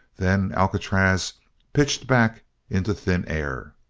then alcatraz pitched back into thin air.